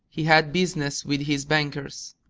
he had business with his bankers.